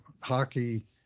hockey